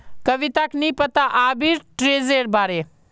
कविताक नी पता आर्बिट्रेजेर बारे